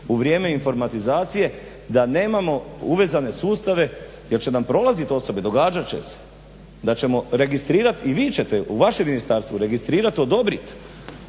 u vrijeme informatizacije da nemamo uvezane sustave jer će nam prolazit osobe, događat će se da ćemo registrirati i vi ćete u vašem ministarstvu registrirat, odobrit